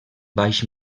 baix